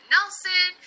Nelson